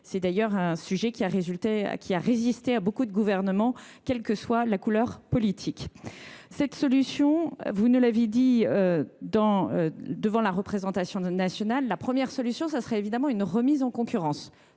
C’est d’ailleurs un sujet qui a résisté à de nombreux gouvernements, quelle que soit leur couleur politique. Comme vous l’avez dit devant la représentation nationale, la première solution serait évidemment une remise en concurrence.